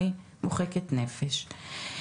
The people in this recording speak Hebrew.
אני מוחקת נפש.